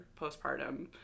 postpartum